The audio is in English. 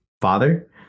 father